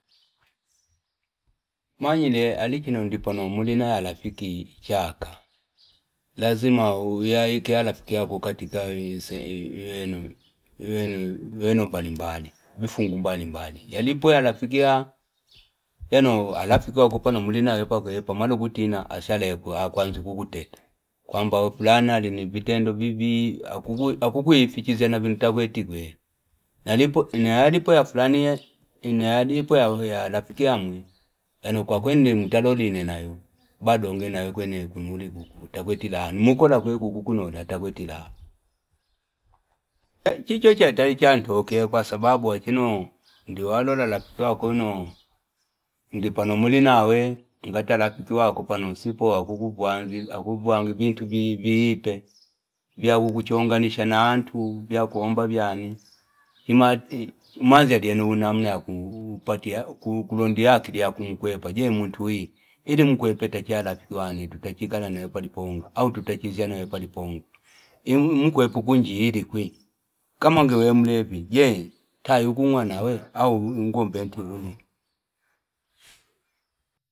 Mwanyele alichino ndipano mwulina alafiki chaka. Lazima uwea iki alafikia kukatika ueno balimbali, bifungu balimbali. Yalipo ya alafikia, yeno alafikia wakupano mwulina wepa wepa malu kutina ashala ya kwanzi kukuteta. Kwa mba wafulana alinibitendo bibi, akukuifichizia na vinutawetigwe. Yalipo ya alafikia mwi, yeno kwa kwenye mutaloli inayo, bado ungena kwenye kumuli kuku. Mwuko la kwenye kuku kuno, yata kwenye tilaha. Chicho cha italichanto, kwa sababu watino, ndiwalo la lakitu wako ino, ndipano mwulina uwea, ngata lakitu wako panosipo, akukubu wangebintu bibibe, bia ukuchonga nishanaantu, bia kuhomba biani. Chima maza diyenu unamna kulondiakili ya kumikwepa. Je mwuntuwee, idi mkwepe tachala lakitu wanei, tutachigala na wepaliponga, au tutachizia na wepaliponga. Mkwepukunji idi kwee. Kama ngewe mlefi, je, taa yukungwa nawe, au mkwembe ntulu.